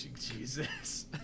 Jesus